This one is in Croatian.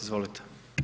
Izvolite.